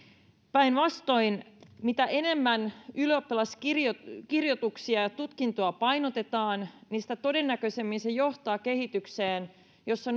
päinvastoin mitä enemmän ylioppilaskirjoituksia ja tutkintoa painotetaan sitä todennäköisemmin se johtaa kehitykseen jossa